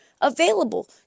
available